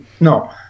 no